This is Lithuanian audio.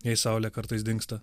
jei saulė kartais dingsta